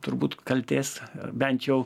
turbūt kaltės bent jau